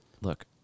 Look